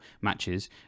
matches